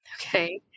Okay